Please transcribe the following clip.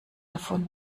davon